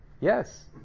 Yes